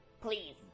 Please